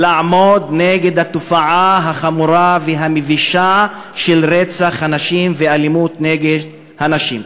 לעמוד נגד התופעה החמורה והמבישה של רצח הנשים ואלימות נגד הנשים.